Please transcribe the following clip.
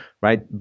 right